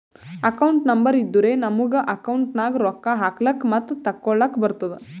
account number ಇದ್ದುರೆ ನಮುಗ account ನಾಗ್ ರೊಕ್ಕಾ ಹಾಕ್ಲಕ್ ಮತ್ತ ತೆಕ್ಕೊಳಕ್ಕ್ ಬರ್ತುದ್